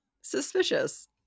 suspicious